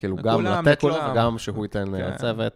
כאילו, גם לתת לו וגם שהוא ייתן מייצבת